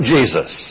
Jesus